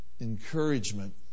encouragement